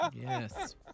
Yes